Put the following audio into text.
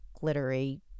glittery